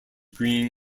green